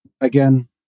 again